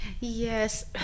Yes